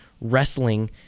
wrestling